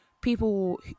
people